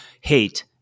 Hate